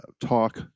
talk